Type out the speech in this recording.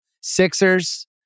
Sixers